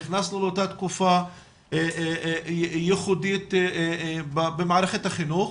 נכנסנו לאותה תקופה ייחודית במערכת החינוך,